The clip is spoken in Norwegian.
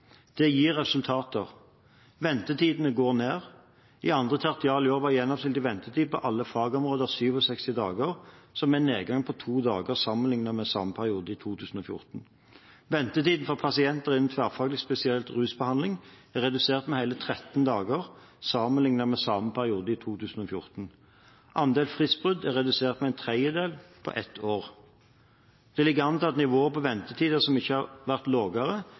Det gir resultater. Ventetidene går ned. I 2. tertial i år var gjennomsnittlig ventetid for alle fagområder 67 dager, som er en nedgang på to dager sammenlignet med samme periode i 2014. Ventetiden for pasienter innen tverrfaglig spesialisert rusbehandling er redusert med hele 13 dager sammenlignet med samme periode i 2014. Andel fristbrudd er redusert med en tredjedel på ett år. Det ligger an til et nivå på ventetidene som ikke har vært